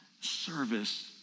service